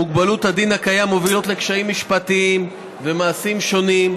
מוגבלויות הדין הקיים מביאות לקשיים משפטיים ומעשיים שונים,